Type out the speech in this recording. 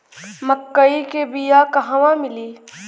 मक्कई के बिया क़हवा मिली?